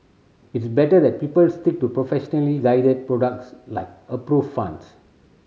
it's better that people stick to professionally guided products like approved funds